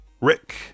rick